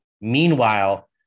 Meanwhile